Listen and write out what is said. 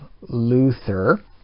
Luther